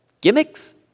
gimmicks